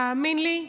תאמין לי,